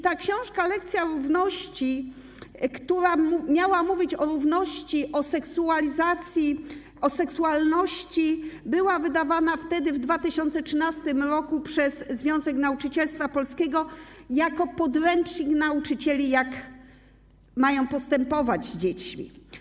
Ta książka „Lekcja równości”, która miała mówić o równości, o seksualizacji, o seksualności, była wydawana wtedy, w 2013 r., przez Związek Nauczycielstwa Polskiego jako podręcznik dla nauczycieli, jak mają postępować z dziećmi.